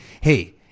hey –